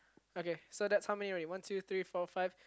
okay so that's how many already one two three four five